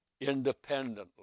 independently